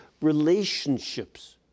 relationships